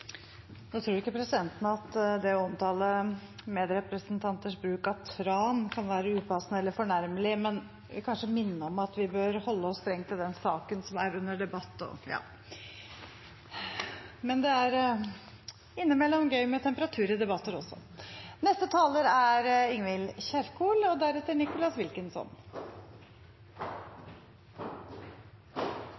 Nå tror ikke presidenten at det å omtale medrepresentanters bruk av tran kan være upassende eller fornærmelig, men vil kanskje minne om at vi bør holde oss strengt til den saken som er under debatt. Men det er innimellom gøy med temperatur i debatter også!